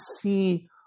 see